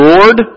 Lord